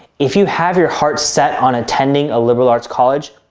if you have your heart set on attending a liberal arts college,